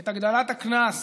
את הגדלת הקנס